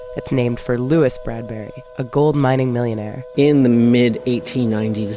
it's named for lewis bradbury, a gold-mining millionaire in the mid eighteen ninety s,